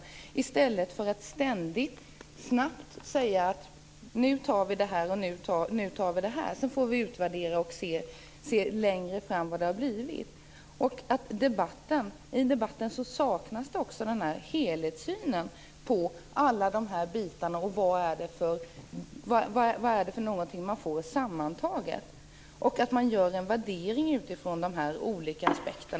Det skall man göra i stället för att ständigt snabbt säga att vi går in för det och det - längre fram får vi utvärdera hur det har blivit. I debatten saknas också en helhetssyn på alla de olika delarna, vad man får sammantaget. Man bör göra en värdering utifrån dessa olika aspekter.